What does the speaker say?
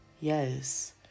Yes